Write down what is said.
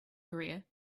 career